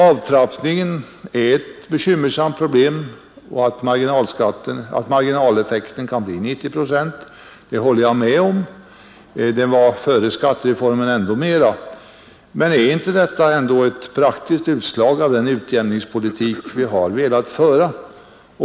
Avtrappningen är ett bekymmersamt problem, och jag håller med om att marginaleffekten kan bli 90 procent. Den var före skattereformen ännu större. Men är inte detta ett praktiskt resultat av den utjämningspolitik vi har velat föra?